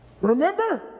Remember